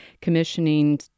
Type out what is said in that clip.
commissioning